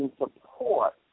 support